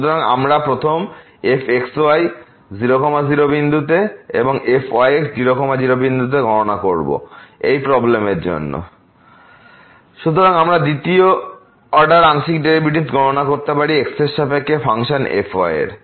সুতরাং আমরা প্রথম fxy00 and fyx00গণনা করবোএই প্রবলেম এর জন্য fxyxy3xy2x≠ y2 0elsewhere সুতরাং আমরা দ্বিতীয় অর্ডার আংশিক ডেরিভেটিভ গণনা করি x এর সাপেক্ষে ফাংশন fyএর